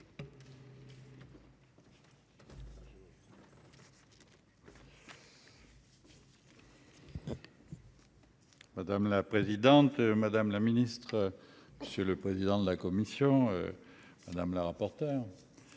Madame la présidente, madame la ministre, monsieur le président de la commission, madame la rapporteure,